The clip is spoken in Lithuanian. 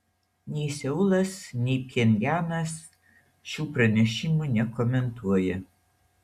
nei seulas nei pchenjanas šių pranešimų nekomentuoja